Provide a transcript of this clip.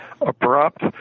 abrupt